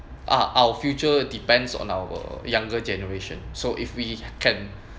uh our future depends on our younger generation so if we can